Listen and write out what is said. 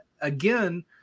Again